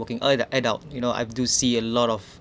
working uh adult you know I do see a lot of